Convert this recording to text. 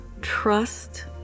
trust